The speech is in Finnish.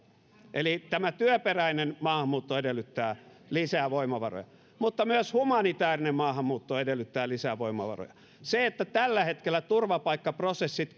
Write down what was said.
eli tämä työperäinen maahanmuutto edellyttää lisää voimavaroja mutta myös humanitaarinen maahanmuutto edellyttää lisää voimavaroja se että tällä hetkellä turvapaikkaprosessit